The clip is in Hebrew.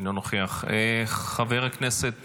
אינו נוכח, חבר הכנסת